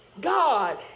God